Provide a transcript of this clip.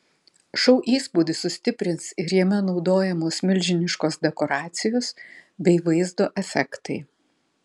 šou įspūdį sustiprins ir jame naudojamos milžiniškos dekoracijos bei vaizdo efektai